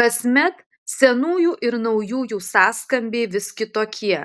kasmet senųjų ir naujųjų sąskambiai vis kitokie